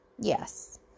Yes